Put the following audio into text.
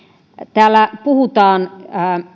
täällä puhutaan